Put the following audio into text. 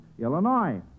Illinois